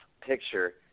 picture